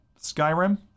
Skyrim